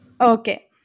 Okay